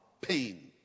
pain